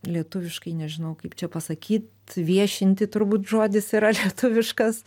lietuviškai nežinau kaip čia pasakyt viešinti turbūt žodis yra lietuviškas